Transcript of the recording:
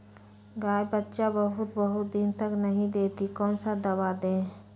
गाय बच्चा बहुत बहुत दिन तक नहीं देती कौन सा दवा दे?